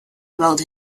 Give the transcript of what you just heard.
about